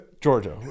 Georgia